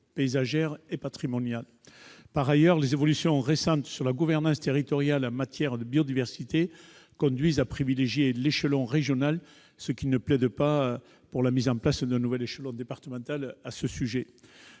paysagères et patrimoniales. Il nous semble par ailleurs que les évolutions récentes de la gouvernance territoriale en matière de biodiversité conduisent à privilégier l'échelon régional, ce qui ne plaide pas en faveur de la mise en place d'un nouvel échelon départemental.